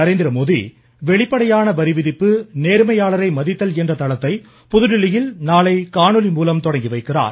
நரேந்திரமோடி வெளிப்படையான வரி விதிப்பு பிரகமர் நேர்மையாளரை மதித்தல் என்ற தளத்தை புதுதில்லியில் நாளை காணொலி மூலம் தொடங்கி வைக்கிறார்